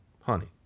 honey